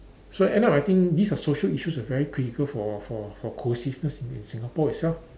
so end up I think these are social issues are very critical for for for cohesiveness in Singapore itself